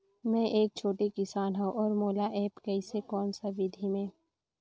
मै एक छोटे किसान हव अउ मोला एप्प कइसे कोन सा विधी मे?